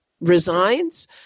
resigns